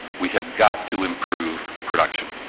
we have got to improve production.